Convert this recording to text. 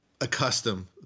accustomed